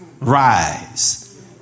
rise